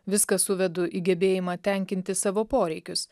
viską suvedu į gebėjimą tenkinti savo poreikius